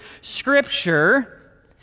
scripture